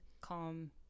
calm